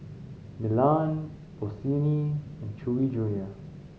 Milan Bossini and Chewy Junior